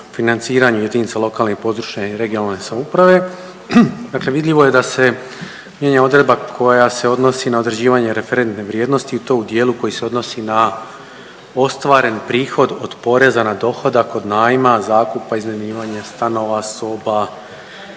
financiranju jedinica lokalne i područne (regionalne) samouprave. Dakle, vidljivo je da se mijenja odredba koja se odnosi na određivanje referentne vrijednosti i to u dijelu koji se odnosi na ostvaren prihod od poreza na dohodak od najma, zakupa, iznajmljivanja stanova, soba